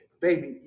baby